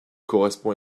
correspond